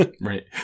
Right